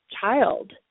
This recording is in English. child